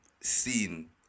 seen